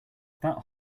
that